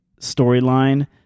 storyline